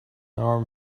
arm